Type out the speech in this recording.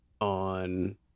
on